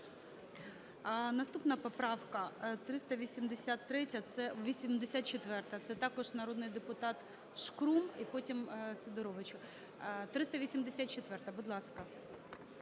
Наступна поправка 383-я, 84-а. Це також народний депутатШкрум і потім Сидорович. 384-а, будь ласка.